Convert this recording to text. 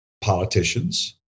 politicians